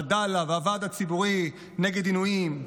עדאלה והוועד הציבורי נגד עינויים,